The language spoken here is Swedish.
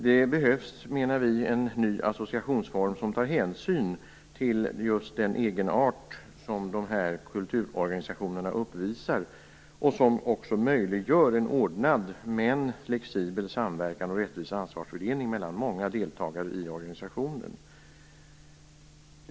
Vi menar att det behövs en ny associationsform, som tar hänsyn till den egenart som dessa kulturorganisationer uppvisar och som möjliggör en ordnad men flexibel samverkan och rättvis ansvarsfördelning mellan många deltagare i organisationen.